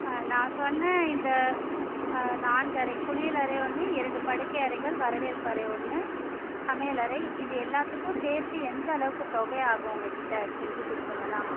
ஆ நான் சொன்ன இந்த நான்கு அறை குளியலறை ஒன்று இரண்டு படுக்கை அறைகள் வரவேற்பு அறை ஒன்று சமையலறை இது எல்லாத்துக்கும் சேர்த்து எந்தளவுக்கு தொகை ஆகும் உங்கள்கிட்ட செஞ்சு கொடுக்கணுன்னா